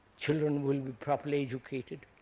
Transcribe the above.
children will be properly educated,